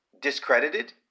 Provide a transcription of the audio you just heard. discredited